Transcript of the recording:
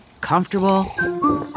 comfortable